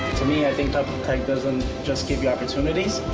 to me, i think up tech doesn't just give you opportunities,